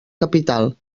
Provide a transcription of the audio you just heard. capital